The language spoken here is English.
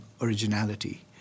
originality